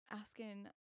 asking